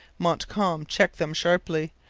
montcalm checked them sharply.